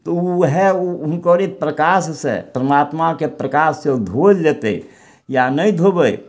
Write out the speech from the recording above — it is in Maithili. तऽ उ वएह हुनकरे प्रकाशसँ परमात्माके प्रकाशसँ से ओ धोअल जेतय या नहि धोबय